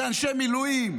הם אנשי מילואים,